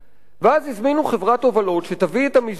ואז הזמינו חברת הובלות שתביא את המזנון.